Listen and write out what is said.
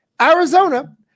Arizona